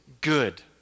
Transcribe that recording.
good